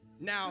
Now